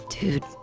Dude